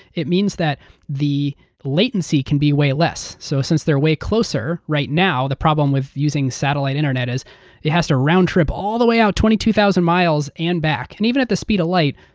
it means that the latency can be way less. so since they're way closer right now, the problem with using satellite internet is it has to round trip all the way out twenty two thousand miles and back. and even at the speed of light,